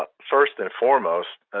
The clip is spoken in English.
first and foremost,